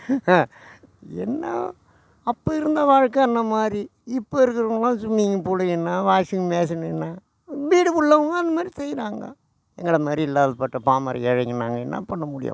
என்ன அப்போ இருந்த வாழ்க்கை அந்த மாதிரி இப்போ இருக்கிறவுங்கள்லாம் சும்மிங்கு பூலு என்ன வாஷிங் மேஷன் என்ன வீடு ஃபுல்லாகவும் அந்த மாரி செய்கிறாங்க எங்களை மாதிரி இல்லாதப்பட்ட பாமர ஏழைங்க நாங்கள் என்ன பண்ண முடியும்